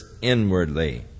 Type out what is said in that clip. inwardly